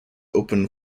open